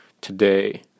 today